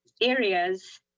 areas